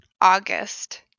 August